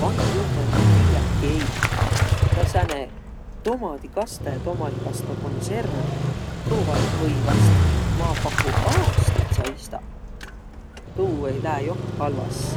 Vai jummõl, ma tiiäki-eiq. Taa sääne tomatikastõq, tomadikastmõkonserv, tuu vai või vast ma paku aastit saistaq. Tuu ei lääq joht halvas.